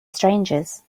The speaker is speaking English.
strangers